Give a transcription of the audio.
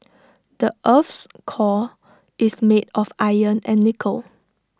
the Earth's core is made of iron and nickel